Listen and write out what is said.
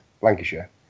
Lancashire